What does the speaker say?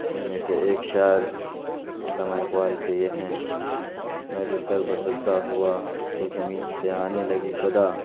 ان میں سے ایک شعر علامہ اقبال کے یہ ہیں میں جو سر بہ سجدہ ہوا تو زمین سے آنے لگی صدا